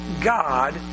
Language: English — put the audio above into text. God